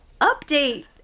update